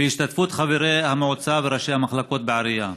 בהשתתפות חברי המועצה וראשי המחלקות בעירייה.